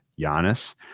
Giannis